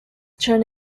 turn